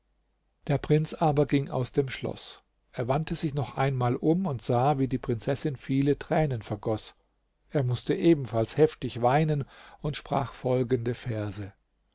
der prinz aber ging aus dem schloß er wandte sich noch einmal um und sah wie die prinzessin viele tränen vergoß er mußte ebenfalls heftig weinen und sprach folgende verse